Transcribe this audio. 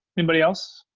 anybody else?